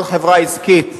כל חברה עסקית,